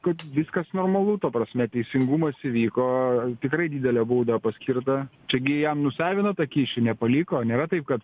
kad viskas normalu ta prasme teisingumas įvyko tikrai didelė bauda paskirta čia gi jam nusavino tą kyšį nepaliko nėra taip kad